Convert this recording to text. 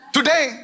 Today